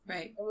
Right